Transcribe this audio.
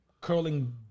curling